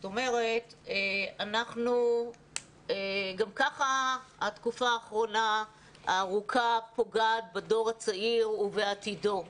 גם ככה התקופה האחרונה הארוכה פוגעת בדור הצעיר ובעתידו,